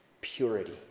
purity